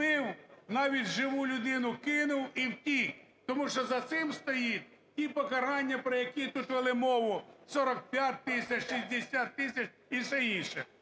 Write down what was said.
Тому що за цим стоять ті покарання, про які тут вели мову, 45 тисяч, 60 тисяч і все інше.